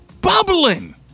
bubbling